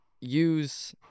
use